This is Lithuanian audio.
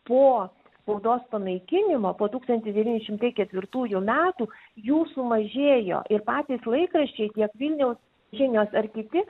po spaudos panaikinimo po tūkstantis devyni šimtai ketvirtųjų metų jų sumažėjo ir patys laikraščiai tiek vilniaus žinios ar kiti